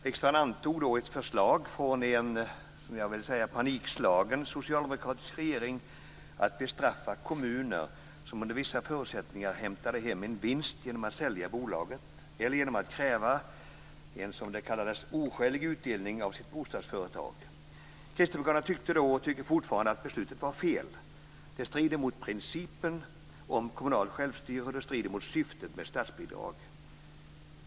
Riksdagen antog då ett förslag från en som jag vill säga panikslagen socialdemokratisk regering att bestraffa kommuner som under vissa förutsättningar hämtade hem en vinst genom att sälja bolaget eller genom att kräva en, som det kallades, oskälig utdelning av sitt bostadsföretag. Kristdemokraterna tyckte då och tycker fortfarande att beslutet var fel. Det strider mot principen om kommunalt självstyre, och det strider mot syftet med statsbidrag.